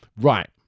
Right